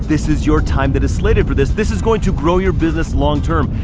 this is your time that is slated for this. this is going to grow your business longterm,